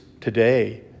today